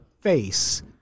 face